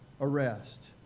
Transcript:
arrest